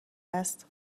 هست